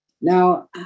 Now